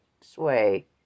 sway